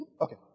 Okay